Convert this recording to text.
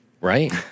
right